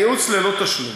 הייעוץ ללא תשלום.